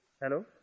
Hello